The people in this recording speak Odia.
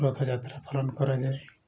ରଥଯାତ୍ରା ପାଳନ କରାଯାଏ